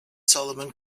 solomon